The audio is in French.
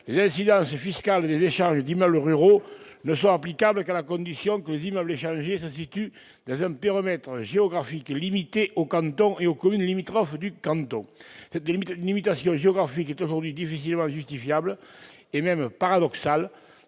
les incidences fiscales des échanges d'immeubles ruraux ne sont applicables qu'à la condition que les immeubles échangés se situent dans un périmètre géographique limité au canton et aux communes limitrophes. Cette limitation géographique est aujourd'hui difficilement justifiable et même paradoxale,